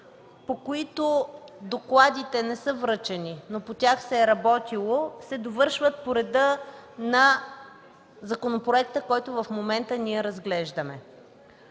по които докладите не са връчени, но по тях се е работило, се довършват по реда на законопроекта, който в момента разглеждаме.